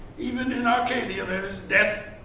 even in arcadia there is death.